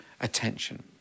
attention